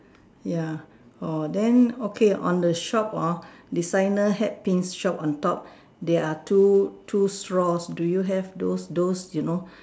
ya oh then okay on the shop hor designer hat Pins shop on top there are two two straws do you have those those you know